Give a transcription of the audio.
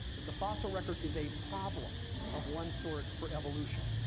that the fossil record is a problem of one sort for evolution.